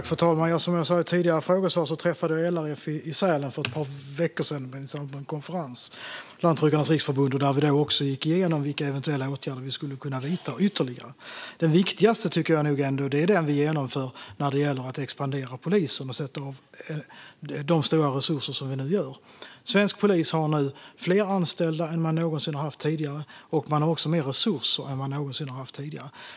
Fru talman! Som jag sa i ett tidigare frågesvar träffade jag LRF, Lantbrukarnas Riksförbund, i Sälen för ett par veckor sedan i samband med en konferens. Där gick vi igenom vilka eventuella åtgärder vi skulle kunna vidta ytterligare. Den viktigaste tycker jag är den som vi genomför när det gäller att expandera polisen och avsätta stora resurser, som vi gör nu. Svensk polis har fler anställda nu än vad man någonsin haft tidigare, och man har också mer resurser än man någonsin haft tidigare.